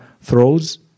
Throws